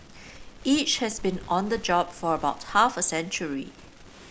each has been on the job for about half a century